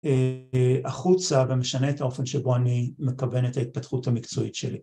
‫החוצה גם משנה את האופן שבו ‫אני מכוון את ההתפתחות המקצועית שלי.